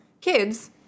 kids